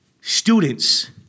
students